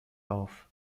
auf